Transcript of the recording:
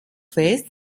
fest